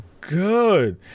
good